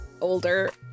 older